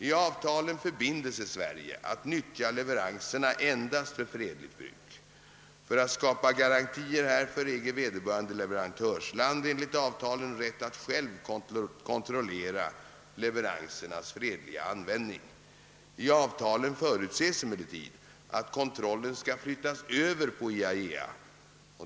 I avtalen förbinder sig Sverige att nyttja leveranserna endast för fredligt bruk. För att skapa garantier härför äger vederbörande leverantörsland enligt avtalen rätt att självt kontrollera leveransernas fredliga användning. I avtalen förutses emellertid att kontrollen skall flyttas över på IAEA.